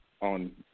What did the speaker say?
on